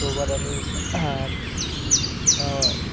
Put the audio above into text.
ক'ৰবাত আমি